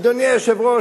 אדוני היושב-ראש,